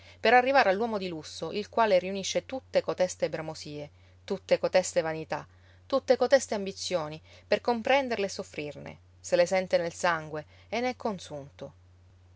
per arrivare all'uomo di lusso il quale riunisce tutte coteste bramosie tutte coteste vanità tutte coteste ambizioni per comprenderle e soffrirne se le sente nel sangue e ne è consunto